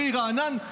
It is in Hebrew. בריא ורענן,